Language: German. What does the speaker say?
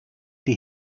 die